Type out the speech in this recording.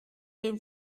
den